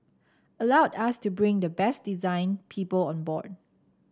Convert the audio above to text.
allowed us to bring the best design people on board